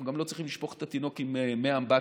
אנחנו גם לא צריכים לשפוך את התינוק עם מי האמבטיה.